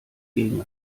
gegen